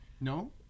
No